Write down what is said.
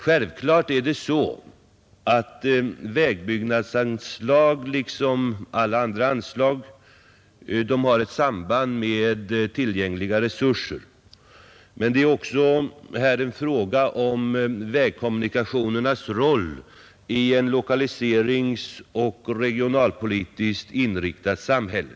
Självfallet har vägbyggnadsanslag liksom alla andra anslag ett samband med tillgängliga resurser. Men det är också här fråga om vägkommunikationernas roll i ett lokaliseringsoch regionalpolitiskt inriktat samhälle.